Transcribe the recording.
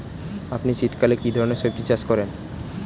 আপনি শীতকালে কী ধরনের সবজী চাষ করেন?